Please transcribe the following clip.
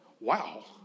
Wow